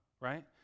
right